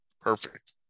perfect